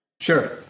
sure